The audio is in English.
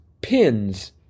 pins